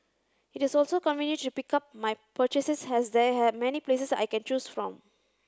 it is also convenient to pick up my purchases as there are many places I can choose from